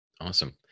Awesome